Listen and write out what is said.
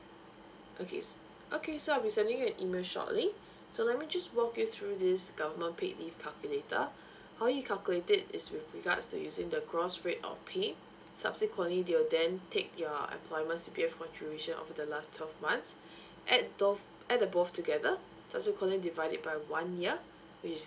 okay s~ okay so I'll be sending you an email shortly so let me just walk you through this government paid leave calculator how you calculate it is with regards to using the gross rate of pay subsequently they'll then take your employment C_P_F contribution over the last twelve months add tho~ add the both together subsequently divide it by one year which is